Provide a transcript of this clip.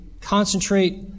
concentrate